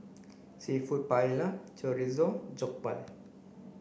Seafood Paella Chorizo Jokbal